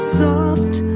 soft